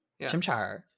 chimchar